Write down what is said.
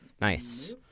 Nice